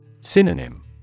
Synonym